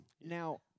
Now